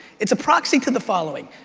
it's a proxy to the following.